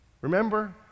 Remember